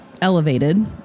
elevated